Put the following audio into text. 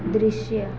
दृश्य